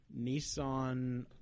Nissan